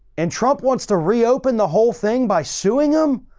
and trump wants to reopen the whole thing by suing them?